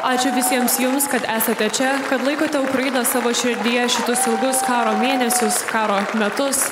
ačiū visiems jums kad esate čia kad laikote ukrainą savo širdyje šitus ilgus karo mėnesius karo metus